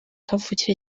kavukire